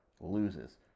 loses